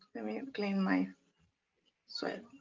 let me clean my sweat.